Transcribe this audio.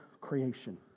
creation